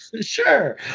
Sure